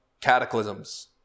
cataclysms